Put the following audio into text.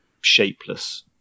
shapeless